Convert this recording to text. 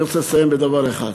אני רוצה לסיים בדבר אחד.